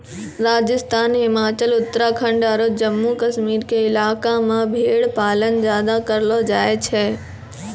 राजस्थान, हिमाचल, उत्तराखंड आरो जम्मू कश्मीर के इलाका मॅ भेड़ पालन ज्यादा करलो जाय छै